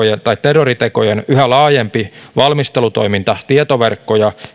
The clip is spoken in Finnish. ja terroritekojen yhä laajempi valmistelutoiminta tietoverkkoja